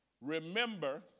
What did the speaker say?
remember